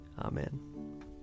amen